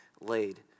laid